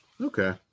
okay